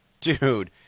Dude